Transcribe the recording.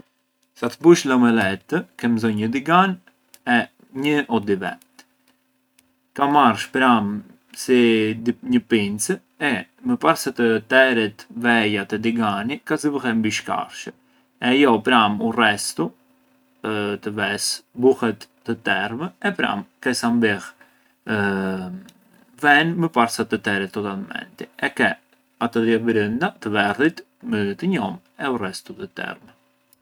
Sa të bushë la omelette, ke mbzonjë një digan e një o dy ve. Ka marrsh pra’ si- një pincë e më parë sa të teret veja te digani ka zësh fill e mbishkarsh e ajo pranë u restu të vesë buhet termë e pra’ ke sa mbyll venë më parë sa të teret totalmenti e ke ata dhi abrënda, të verdhit, më të njomë e u restu të termë.